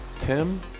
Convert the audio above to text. tim